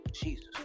Jesus